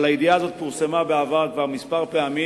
אבל הידיעה הזאת פורסמה בעבר כבר כמה פעמים,